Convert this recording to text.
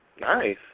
Nice